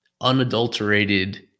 unadulterated